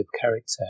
character